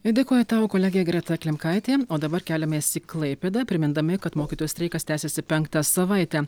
dėkoju tau kolegė greta klimkaitė o dabar keliamės į klaipėdą primindami kad mokytojų streikas tęsiasi penktą savaitę